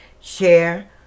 Share